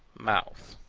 mouth,